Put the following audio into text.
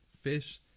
fish